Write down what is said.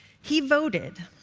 he voted